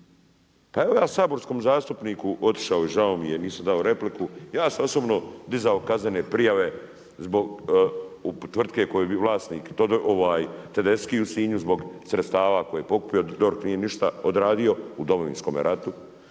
pa evo ja saborskom zastupniku otišao je žao mi je nisam dao repliku, ja sam osobno dizao kaznene prijave zbog tvrtke kojoj je bio vlasnik Tedeschi u Sinju zbog sredstava koje je pokupio, DORH nije ništa odradio u Domovinskome ratu.